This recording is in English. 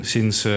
Sinds